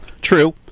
True